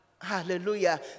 Hallelujah